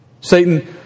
Satan